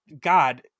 God